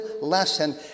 lesson